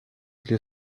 для